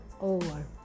over